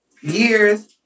years